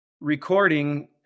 recording